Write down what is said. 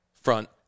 front